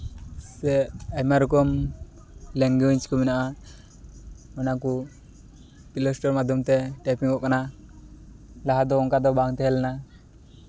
ᱥᱮ ᱟᱭᱢᱟ ᱨᱚᱠᱚᱢ ᱞᱮᱝᱜᱩᱭᱮᱡᱽ ᱠᱚ ᱢᱮᱱᱟᱜᱼᱟ ᱚᱱᱟ ᱠᱚ ᱯᱞᱮ ᱥᱴᱳᱨ ᱢᱟᱫᱽᱫᱷᱚᱢ ᱛᱮ ᱴᱟᱭᱯᱤᱝ ᱚᱜ ᱠᱟᱱᱟ ᱞᱟᱦᱟ ᱫᱚ ᱚᱱᱠᱟ ᱫᱚ ᱵᱟᱝ ᱛᱟᱦᱮᱸ ᱞᱮᱱᱟ